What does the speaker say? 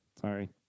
Sorry